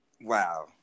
Wow